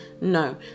no